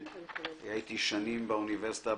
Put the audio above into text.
שהיה איתי שנים באוניברסיטה,